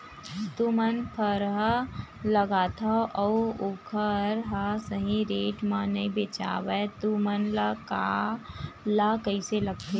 तू मन परहा लगाथव अउ ओखर हा सही रेट मा नई बेचवाए तू मन ला कइसे लगथे?